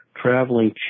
traveling